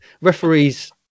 referees